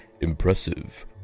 Impressive